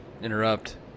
interrupt